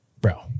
bro